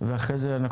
ואחרי כן אנחנו